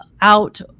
out